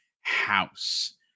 house